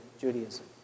judaism